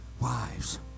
wives